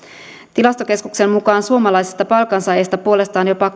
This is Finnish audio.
tilastokeskuksen mukaan suomalaisista palkansaajista puolestaan jopa